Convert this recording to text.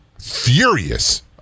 furious